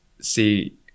See